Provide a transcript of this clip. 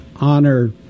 honor